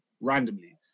randomly